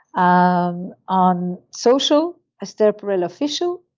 um on social, esther perel official